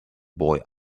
boy